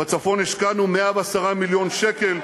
בצפון השקענו 110 מיליון שקל,